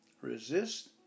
Resist